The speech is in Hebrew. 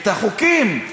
את החוקים,